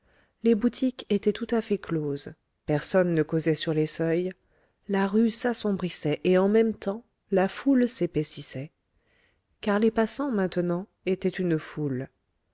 les boutiques étaient tout à fait closes personne ne causait sur les seuils la rue s'assombrissait et en même temps la foule s'épaississait car les passants maintenant étaient une foule